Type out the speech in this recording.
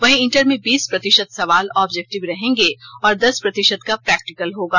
वहीं इंटर में बीस प्रतिशत सवाल ऑब्जेक्टिव रहेंगे और दस प्रतिशत का प्रैक्टिकल होगा